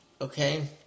Okay